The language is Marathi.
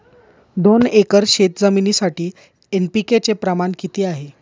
दोन एकर शेतजमिनीसाठी एन.पी.के चे प्रमाण किती आहे?